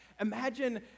Imagine